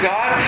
God